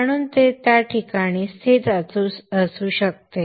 म्हणून ते त्या ठिकाणी स्थित असू शकते